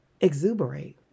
exuberate